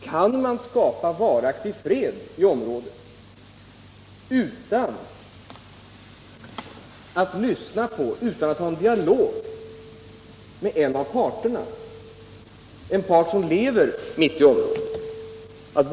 Kan man skapa varaktig fred i området utan att lyssna på och ha en dialog med den ena av parterna, en part som lever mitt i området?